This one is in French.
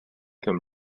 comme